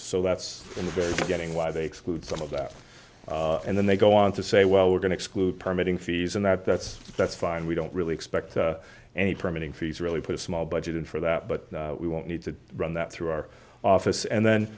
so that's getting why they exclude some of that and then they go on to say well we're going to exclude permitting fees and that that's that's fine we don't really expect any permitting fees really put a small budgeted for that but we won't need to run that through our office and then